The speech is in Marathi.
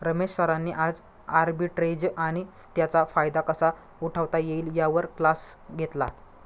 रमेश सरांनी आज आर्बिट्रेज आणि त्याचा फायदा कसा उठवता येईल यावर क्लास घेतला